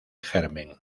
germen